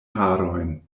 harojn